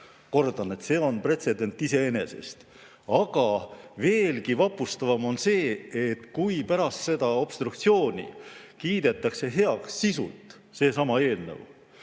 Kordan: see on pretsedent iseenesest. Aga veelgi vapustavam on see, kui pärast seda obstruktsiooni kiidetakse heaks sisult seesama eelnõu.